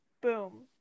boom